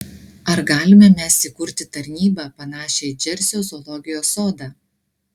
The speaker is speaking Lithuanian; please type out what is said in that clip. ar galime mes įkurti tarnybą panašią į džersio zoologijos sodą